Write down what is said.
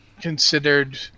considered